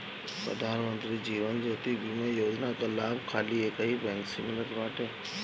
प्रधान मंत्री जीवन ज्योति बीमा योजना कअ लाभ खाली एकही बैंक से मिलत बाटे